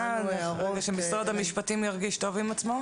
רגע, שמשרד המשפטים ירגיש טוב עם עצמו.